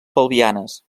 pelvianes